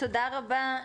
תודה רבה,